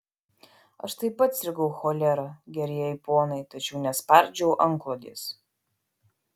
aš taip pat sirgau cholera gerieji ponai tačiau nespardžiau antklodės